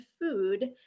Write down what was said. food